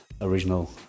original